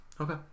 Okay